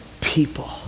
people